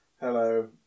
hello